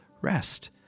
rest